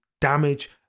damage